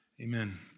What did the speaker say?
Amen